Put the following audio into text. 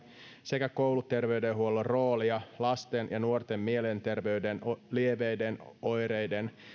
sekä kouluterveydenhuollon roolia lasten ja nuorten mielenterveyden lievien oireiden